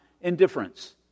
indifference